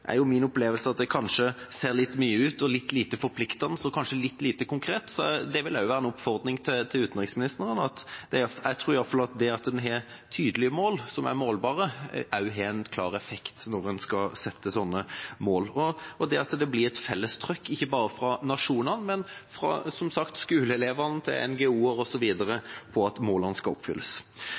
kanskje ser litt nye og litt lite forpliktende ut, og kanskje er de litt lite konkrete. Det vil være en oppfordring til utenriksministeren – for jeg tror i alle fall at tydelige mål som er målbare, også har en klar effekt når en skal sette slike mål – at det blir et felles trykk, ikke bare fra nasjonene, men som sagt også fra skoleelever, NGO-er osv., på at målene skal oppfylles.